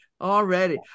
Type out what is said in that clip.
Already